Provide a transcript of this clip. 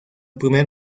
primer